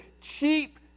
cheap